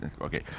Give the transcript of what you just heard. okay